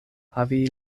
havi